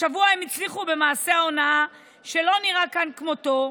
השבוע הם הצליחו במעשה הונאה שלא נראה כאן כמותו.